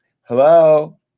Hello